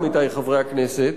עמיתי חברי הכנסת,